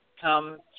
come